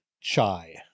Chai